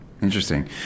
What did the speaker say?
Interesting